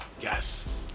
Yes